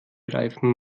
reifen